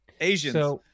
Asians